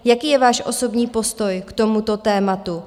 Jaký je váš osobní postoj k tomuto tématu?